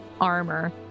armor